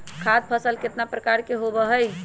खाद्य फसल कितना प्रकार के होबा हई?